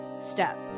step